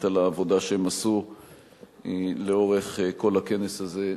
על העבודה שהם עשו לאורך כל הכנס הזה,